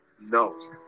No